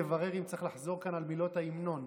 נברר אם צריך לחזור כאן על מילות ההמנון.